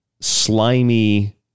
slimy